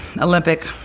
Olympic